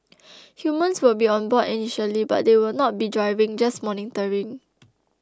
humans will be on board initially but they will not be driving just monitoring